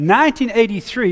1983